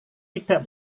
tidak